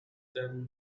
then